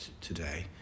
today